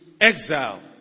exile